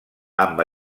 amb